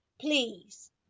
please